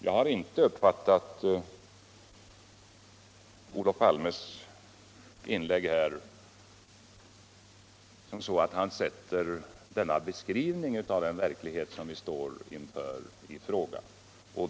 Jag har inte uppfattat Olof Palmes inlägg här på det sättet att han sätter denna beskrivning av den verklighet vi står inför i fråga.